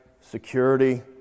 security